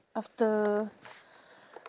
after